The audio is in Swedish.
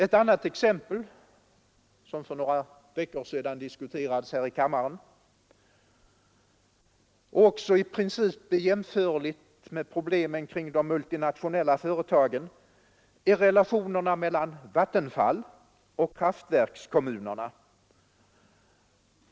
Ett annat exempel, som för några veckor sedan diskuterades här i kammaren och som också det i princip är jämförbart med de problem som de multinationella företagen för med sig, är relationerna mellan Vattenfall och kraftverkskommunerna.